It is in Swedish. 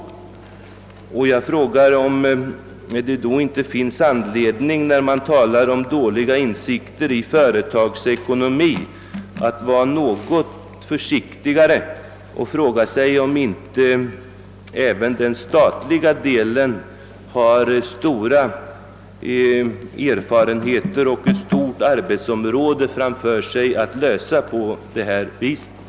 Borde man då inte, när man talar om dåliga insikter i företagsekonomi, vara något försiktigare och fråga sig om inte även den statliga delen av företagsamheten har många erfarenheter att göra och mycket arbete att uträtta innan den löst dessa problem?